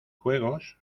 juegos